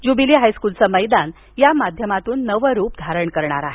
jubilee हायस्कुलचे मैदान या माध्यमातुन नवं रूप धारण करणार आहे